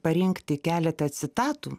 parinkti keletą citatų